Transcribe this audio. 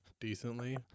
decently